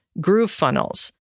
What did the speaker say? GrooveFunnels